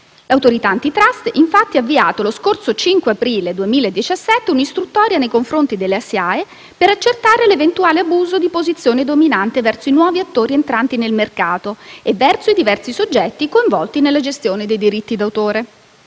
L'Autorità antitrust, infatti, ha avviato lo scorso 5 aprile 2017 un'istruttoria nei confronti della SIAE per accertare l'eventuale abuso di posizione dominante verso i nuovi attori entranti nel mercato e verso i diversi soggetti coinvolti nella gestione dei diritti d'autore.